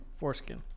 Foreskin